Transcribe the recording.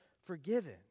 forgiven